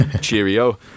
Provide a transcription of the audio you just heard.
Cheerio